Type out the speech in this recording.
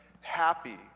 happy